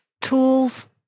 tools